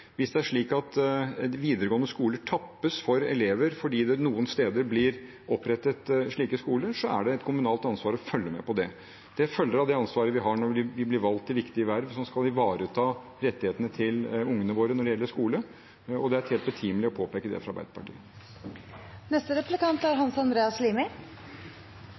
Hvis det er slik at videregående skoler tappes for elever fordi det noen steder blir opprettet friskoler, er det et kommunalt ansvar å følge med på det. Det følger av det ansvaret vi har når vi blir valgt til viktige verv som skal ivareta rettighetene til ungene våre når det gjelder skole, og det er helt betimelig å påpeke det